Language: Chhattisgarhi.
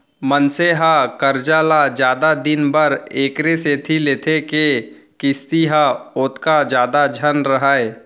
मनसे ह करजा ल जादा दिन बर एकरे सेती लेथे के किस्ती ह ओतका जादा झन रहय